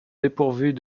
dépourvues